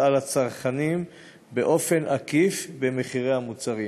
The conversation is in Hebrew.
על הצרכנים באופן עקיף במחירי המוצרים.